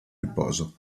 riposo